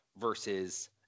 versus